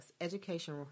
education